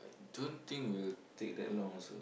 don't think we'll take that long also